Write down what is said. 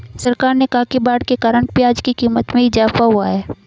सरकार ने कहा कि बाढ़ के कारण प्याज़ की क़ीमत में इजाफ़ा हुआ है